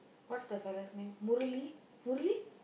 what's the fella's name Murali Murali